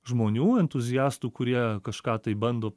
žmonių entuziastų kurie kažką tai bando